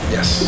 Yes